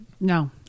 no